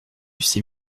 ces